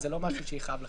זה לא משהו שיכאב לכם.